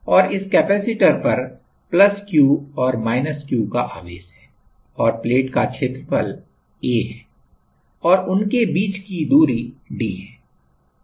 और इस कैपेसिटर पर Q और Q का आवेश है और प्लेट का क्षेत्रफल A है और उनके बीच की दूरी d है